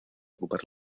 ocupar